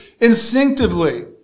instinctively